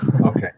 Okay